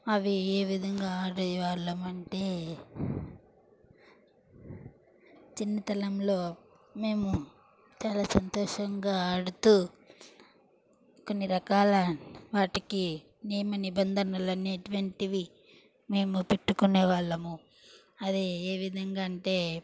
అవి ఏవిధంగా ఆడే వాళ్ళం అంటే చిన్నతనంలో మేము చాలా సంతోషంగా ఆడుతూ కొన్ని రకాల వాటికి నియమ నిబంధనలు అనేటువంటివి మేము పెట్టుకునే వాళ్ళం అదే ఏ విధంగా అంటే